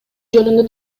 жөнүндө